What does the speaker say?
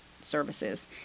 services